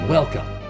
Welcome